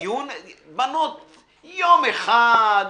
אני מנכ"ל " 15 דקות".